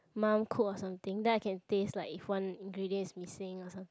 mum cook or something then I can taste like if one ingredient is missing or something